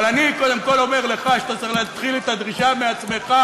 אבל אני קודם כול אומר לך שאתה צריך להתחיל את הדרישה מעצמך.